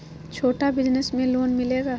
छोटा बिजनस में लोन मिलेगा?